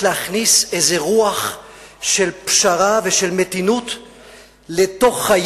להכניס איזו רוח של פשרה ושל מתינות לחיינו,